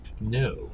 No